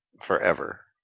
forever